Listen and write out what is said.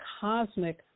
cosmic